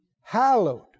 hallowed